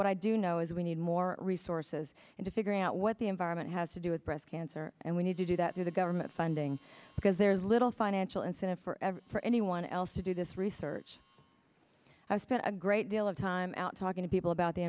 what i do know is we need more resources into figuring out what the environment has to do with breast cancer and we need to do that through the government funding because there is little financial incentive for ever for anyone else to do this research i've spent a great deal of time out talking to people about the